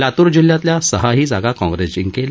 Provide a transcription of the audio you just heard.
लातूर जिल्ह्यातल्या सहाही जागा काँग्रेस जिंकेल